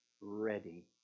ready